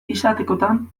izatekotan